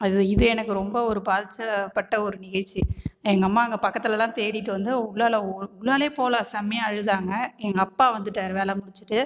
அது இது எனக்கு ரொம்ப ஒரு பாதித்த பட்ட ஒரு நிகழ்ச்சி எங்கள் அம்மா அங்கே பக்கத்துலேலாம் தேடிகிட்டு வந்து உள்ளால உள்ளாலே போகல செமயா அழுதாங்கள் எங்கள் அப்பா வந்துவிட்டுட்டாரு வேலை முடிச்சுட்டு